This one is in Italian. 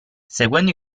seguendo